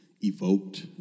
evoked